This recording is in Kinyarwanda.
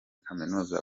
kaminuza